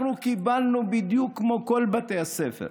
אנחנו קיבלנו בדיוק כמו כל בתי הספר,